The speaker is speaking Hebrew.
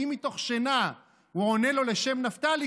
כי אם מתוך שינה הוא עונה לו לשם "נפתלי",